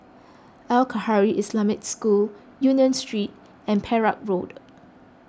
Al Khairiah Islamic School Union Street and Perak Road